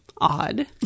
odd